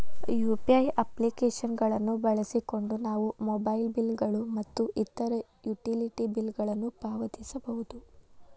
UPI application ಗಳನ್ನು ಬಳಸಿಕೊಂಡು ನಾವು ಮೊಬೈಲ್ ಬಿಲ್ ಗಳು ಮತ್ತು ಇತರ ಯುಟಿಲಿಟಿ ಬಿಲ್ ಗಳನ್ನು ಪಾವತಿಸಬಹುದು